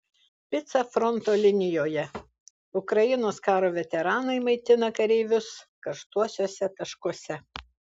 pica fronto linijoje ukrainos karo veteranai maitina kareivius karštuosiuose taškuose